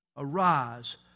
Arise